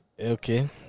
Okay